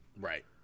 Right